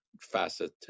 facet